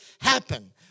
happen